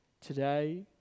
today